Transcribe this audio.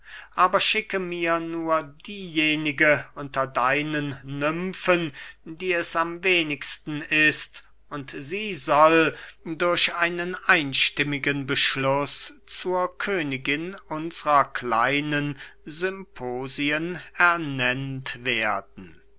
aber schicke mir nur diejenige unter deinen nymfen die es am wenigsten ist und sie soll durch einen einstimmigen beschluß zur königin unsrer kleinen symposien ernennt werden